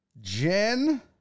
Jen